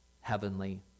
heavenly